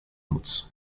móc